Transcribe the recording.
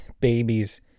babies